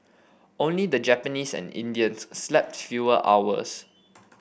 only the Japanese and Indians slept fewer hours